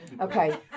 Okay